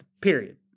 period